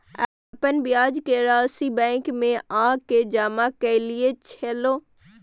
अपन ब्याज के राशि बैंक में आ के जमा कैलियै छलौं?